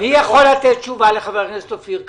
מי יכול לתת תשובה לחבר הכנסת אופיר כץ?